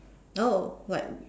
oh like